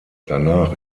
danach